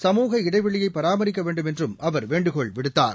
சமூக இடைவெளியைபராமரிக்கவேண்டும் என்றும் அவர் வேண்டுகோள் விடுத்தார்